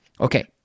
okay